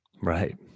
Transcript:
Right